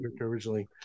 originally